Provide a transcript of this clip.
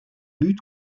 but